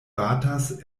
batas